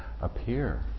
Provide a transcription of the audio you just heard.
appear